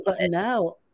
now